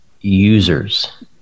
users